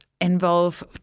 involve